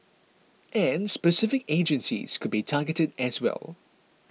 and specific agencies could be targeted as well